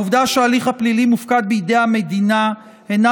העובדה שההליך הפלילי מופקד בידי המדינה אינה